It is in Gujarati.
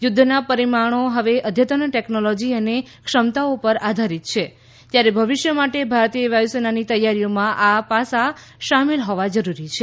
યુદ્ધના પરિમાણો હવે અદ્યતન ટેકનોલોજી અને ક્ષમતાઓ પર આધારિત છે ત્યારે ભવિષ્ય માટે ભારતીય વાયુસેનાની તૈયારીઓમાં આ પાસાં સામેલ હોવા જરૂરી છે